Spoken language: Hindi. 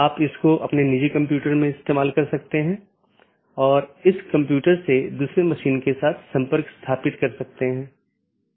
इसके बजाय हम जो कह रहे हैं वह ऑटॉनमस सिस्टमों के बीच संचार स्थापित करने के लिए IGP के साथ समन्वय या सहयोग करता है